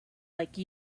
like